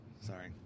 sorry